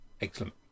Excellent